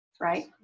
right